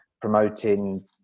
promoting